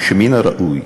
שמן הראוי